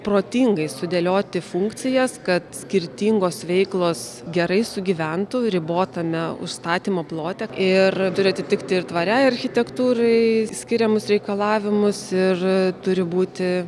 protingai sudėlioti funkcijas kad skirtingos veiklos gerai sugyventų ribotame užstatymo plote ir turi atitikti tvariai architektūrai skiriamus reikalavimus ir turi būti